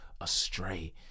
astray